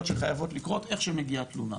שחייבות לקרות איך שמגיעה התלונה.